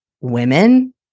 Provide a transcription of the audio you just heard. women